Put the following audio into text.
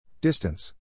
Distance